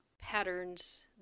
patterns